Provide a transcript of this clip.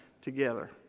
together